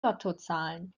lottozahlen